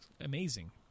amazing